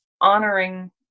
honoring